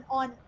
on